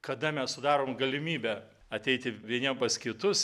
kada mes sudarom galimybę ateiti vieniem pas kitus